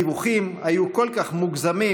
הדיווחים היו כל כך מוגזמים,